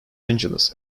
angeles